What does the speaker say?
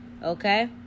Okay